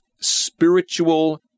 spiritual